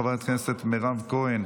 חברת הכנסת מירב כהן,